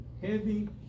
Heavy